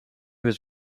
was